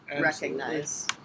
recognize